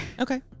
Okay